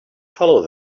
follow